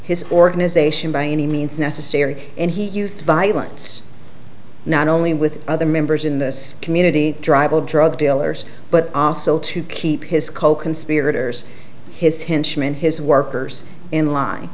his organization by any means necessary and he used violence not only with other members in this community drive all drug dealers but also to keep his coconspirators his henchmen his workers in line